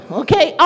okay